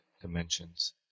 dimensions